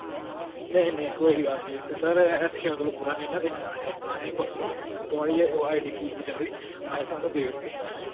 नेईं नेईं कोई गल्ल निं सर ऐसी असें सिर्फ थुआढ़ी गै आईडी प्रूफ चाहिदी ते अस थुहानू देई ओड़गे